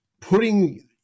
putting